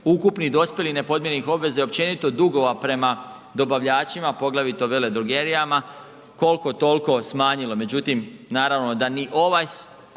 ukupnih, dospjelih i nepodmirenih obveza i općenito dugova prema dobavljačima poglavito veledrogerijama kolko tolko smanjile, međutim naravno da ni ova